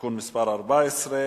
(תיקון מס' 14)